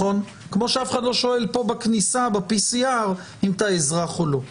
כמו שאף אחד לא שואל פה בכניסה ב-PCR אם הוא אזרח או לא.